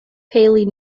paley